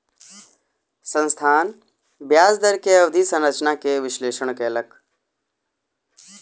संस्थान ब्याज दर के अवधि संरचना के विश्लेषण कयलक